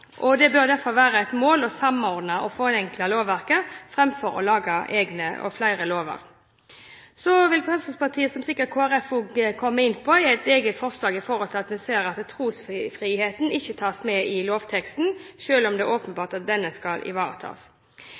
regler. Det bør derfor være et mål å samordne og forenkle lovverket framfor å lage egne og flere lover. Så vil Fremskrittspartiet – som sikkert også Kristelig Folkeparti vil – komme inn på et eget forslag med tanke på at vi ser at trosfriheten ikke tas med i lovteksten, selv om det er åpenbart at denne skal ivaretas.